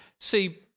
see